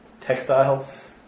Textiles